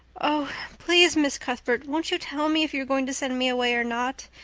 oh, please, miss cuthbert, won't you tell me if you are going to send me away or not?